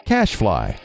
CashFly